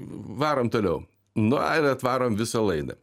varom toliau nu ai ir atvarom visą laidą